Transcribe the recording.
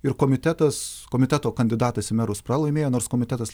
ir komitetas komiteto kandidatas į merus pralaimėjo nors komitetas